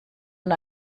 und